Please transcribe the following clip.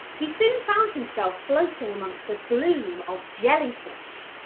he soon found himself floating amongst a bloom of jellyfish.